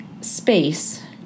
space